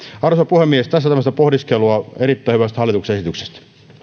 puhemies tässä tämmöistä pohdiskelua erittäin hyvästä hallituksen esityksestä